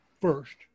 First